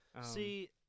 See